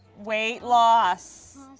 weight loss.